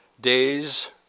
Days